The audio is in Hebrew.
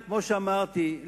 וכמו שאמרתי,